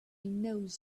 knows